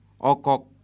okok